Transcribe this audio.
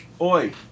Oi